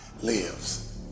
lives